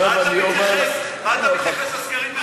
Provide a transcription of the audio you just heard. מה אתה מתייחס לסקרים, מה זה רלוונטי?